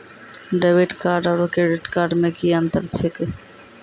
Debit card आरू credit card मे कि अन्तर छैक?